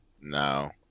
No